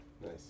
Nice